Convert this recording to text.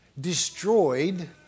destroyed